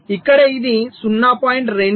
06 ఇక్కడ ఇది 0